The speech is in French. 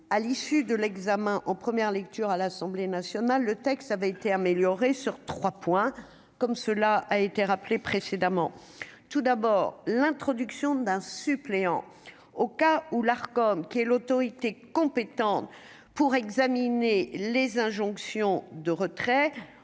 à l'issue de l'examen en première lecture à l'Assemblée Nationale, le texte avait été améliorée sur 3 points, comme cela a été rappelé précédemment tout d'abord l'introduction d'un suppléant au cas où l'Arcom qui est l'autorité compétente pour examiner les injonctions de retrait